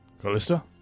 Callista